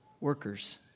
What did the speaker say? workers